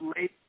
late